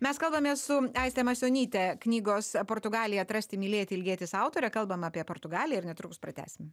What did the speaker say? mes kalbamės su aiste masionyte knygos portugalija atrasti mylėti ilgėtis autore kalbam apie portugaliją ir netrukus pratęsim